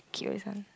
keep this one